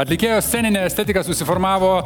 atlikėjo sceninė estetika susiformavo